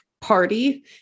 party